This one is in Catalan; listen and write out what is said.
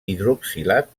hidroxilat